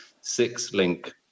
six-link